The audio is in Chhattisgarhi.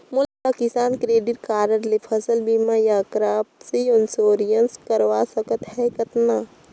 मोला किसान क्रेडिट कारड ले फसल बीमा या क्रॉप इंश्योरेंस करवा सकथ हे कतना?